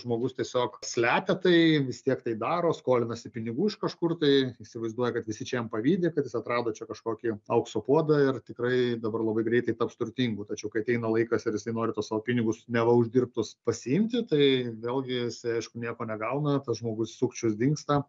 žmogus tiesiog slepia tai vis tiek tai daro skolinasi pinigų iš kažkur tai įsivaizduoja kad visi čia jam pavydi kad jis atrado čia kažkokį aukso puodą ir tikrai dabar labai greitai taps turtingu tačiau kai ateina laikas ir jisai nori tuos savo pinigus neva uždirbtus pasiimti tai vėlgi jis aišku nieko negauna tas žmogus sukčius dingsta